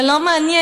זה לא מעניין,